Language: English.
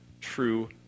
true